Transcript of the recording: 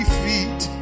feet